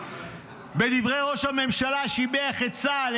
בדבריו ראש הממשלה שיבח את צה"ל,